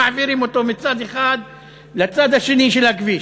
מעבירים מישהו מצד אחד לצד השני של הכביש,